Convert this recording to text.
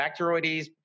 bacteroides